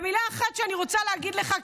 מילה אחת אני רוצה להגיד לך,